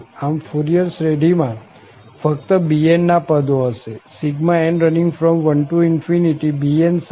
આમ ફુરિયર શ્રેઢીમાં ફક્ત bn ના પદો હશે n1bnsin 2nx